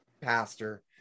pastor